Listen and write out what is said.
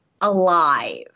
alive